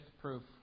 proof